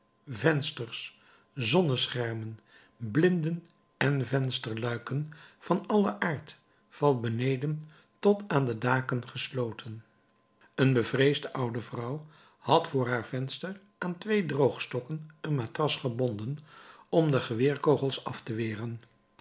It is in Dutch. vensters zonneschermen blinden en vensterluiken van allen aard van beneden tot aan de daken gesloten een bevreesde oude vrouw had voor haar venster aan twee droogstokken een matras gebonden om de geweerkogels af te weren